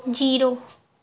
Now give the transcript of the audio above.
zero